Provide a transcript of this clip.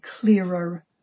clearer